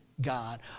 God